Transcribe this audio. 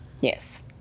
Yes